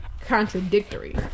contradictory